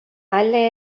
hala